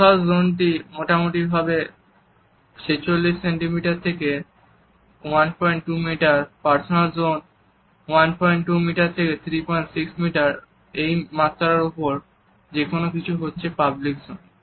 social জোনটি মোটামুটি ভাবে 46 সেন্টিমিটার থেকে 12 মিটার পার্সোনাল জোন 12 থেকে 36 মিটার এই মাত্রার ওপর যেকোনো কিছু হচ্ছে পাবলিক জোন